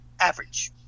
average